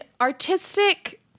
artistic